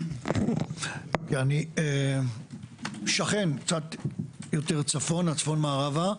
אני שכן, קצת יותר צפון מערבה.